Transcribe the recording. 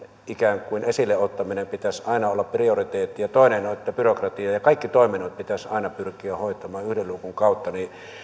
ikään kuin esille ottamisen pitäisi aina olla prioriteetti ja toinen on että byrokratia ja kaikki toiminnot pitäisi aina pyrkiä hoitamaan yhden luukun kautta